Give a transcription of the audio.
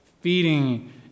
Feeding